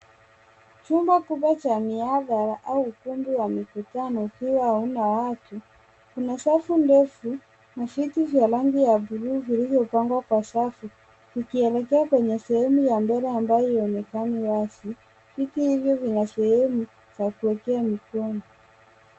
Chumba kubwa cha mihadhara au ukumbi wa mikutano ukiwa hauna watu . Kuna safu ndefu ya viti vya rangi ya bluu vilivyopangwa kwa safu ikielekea kwenye sehemu ya mbele ambayo haionekani wazi. Viti hivyo vina sehemu ya kuwekea mikono.